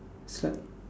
is like